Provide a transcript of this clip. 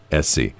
SC